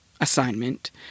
assignment